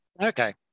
Okay